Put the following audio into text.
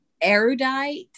Erudite